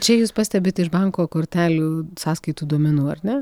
čia jūs pastebit iš banko kortelių sąskaitų duomenų ar ne